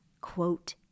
quote